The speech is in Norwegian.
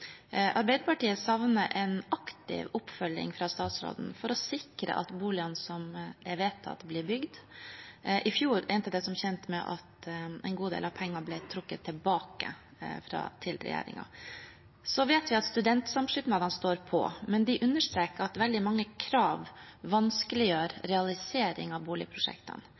Arbeiderpartiet savner en aktiv oppfølging fra statsrådens side for å sikre at boligene som er vedtatt, blir bygd. I fjor endte det som kjent med at en god del av pengene ble trukket tilbake av regjeringen. Vi vet at studentsamskipnadene står på, men de understreker at veldig mange krav vanskeliggjør en realisering av boligprosjektene.